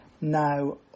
now